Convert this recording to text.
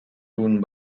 ruined